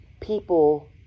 people